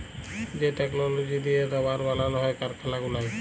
যে টেকললজি দিঁয়ে রাবার বালাল হ্যয় কারখালা গুলায়